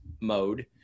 mode